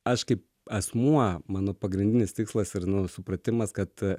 aš kaip asmuo mano pagrindinis tikslas ir nusupratimas kad